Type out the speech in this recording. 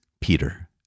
Peter